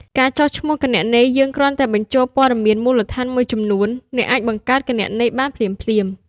ការចុះឈ្មោះគណនីយើងគ្រាន់តែបញ្ចូលព័ត៌មានមូលដ្ឋានមួយចំនួន អ្នកអាចបង្កើតគណនីបានភ្លាមៗ។